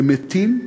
הם מתים,